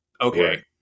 okay